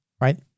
right